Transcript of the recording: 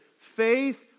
faith